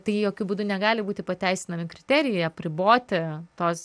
tai jokiu būdu negali būti pateisinami kriterijai apriboti tos